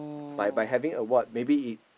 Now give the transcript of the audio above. by by having award maybe it